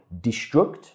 destruct